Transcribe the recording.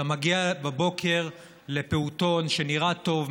ואתה מגיע בבוקר לפעוטון שנראה טוב,